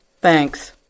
Thanks